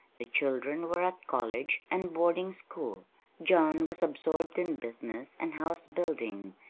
the children were at college and boarding-school john was absorbed in business and house-building,